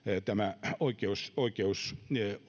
oikeus oikeus